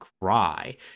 Cry